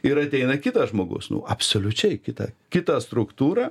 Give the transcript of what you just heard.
ir ateina kitas žmogus nuo absoliučiai kita kita struktūra